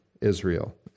Israel